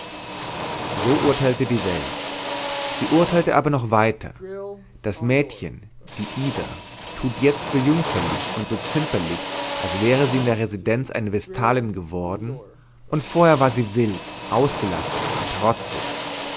so urteilte die welt sie urteilte aber noch weiter das mädchen die ida tut jetzt so jüngferlich und so zimperlich als wäre sie in der residenz eine vestalin geworden und vorher war sie wild ausgelassen trotzig